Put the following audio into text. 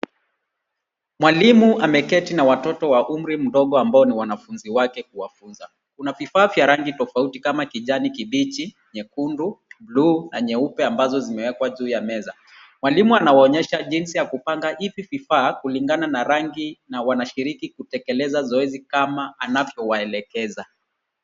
Mwalimu ameketi na watoto wa umri mdogo ambao ni wanafunzi wake kuwafunza. Kuna vifaa vya rangi tofauti kama kijani kibichi, nyekundu, blue na nyeupe ambazo zimewekwa juu ya meza. Mwalimu anawaonyesha jinsi ya kupanga hivi vifaa kulingana na rangi na wanashiriki kutekeleza zoezi kama anavyowaelekeza.